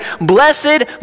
Blessed